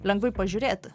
lengvai pažiūrėti